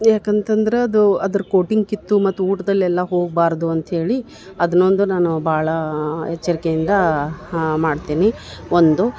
ಯಾಕಂತಂದ್ರೆ ಅದು ಅದ್ರ ಕೋಟಿಂಗ್ ಕಿತ್ತು ಮತ್ತು ಊಟದಲ್ಲಿ ಎಲ್ಲ ಹೋಗಬಾರ್ದು ಅಂಥೇಳಿ ಅದನ್ನ ಒಂದು ನಾನು ಭಾಳ ಎಚ್ಚರಿಕೆಯಿಂದ ಮಾಡ್ತೀನಿ ಒಂದು